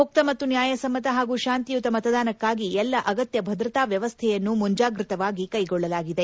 ಮುಕ್ತ ಮತ್ತು ನ್ಯಾಯ ಸಮ್ಮತ ಹಾಗೂ ಶಾಂತಿಯುತ ಮತದಾನಕ್ಕಾಗಿ ಎಲ್ಲ ಅಗತ್ಯ ಭದ್ರತಾ ವ್ಯವಸ್ಥೆಯನ್ನು ಮುಂಜಾಗ್ಬತವಾಗಿ ಕೈಗೊಳ್ಳಲಾಗಿದೆ